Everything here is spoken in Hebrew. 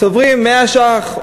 צוברים 100 ש"ח,